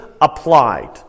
applied